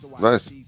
nice